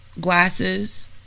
Glasses